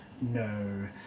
No